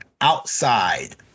outside